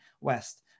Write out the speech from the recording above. west